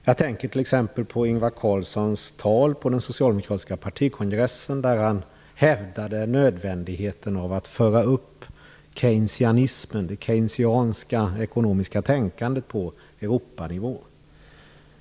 Jag tänker t.ex. på Ingvar Carlssons tal på den socialdemokratiska partikongressen, där han hävdade nödvändigheten av att föra upp keynesianismen och det Keynesianska ekonomiska tänkandet på Europanivå.